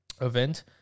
event